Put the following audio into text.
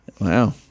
Wow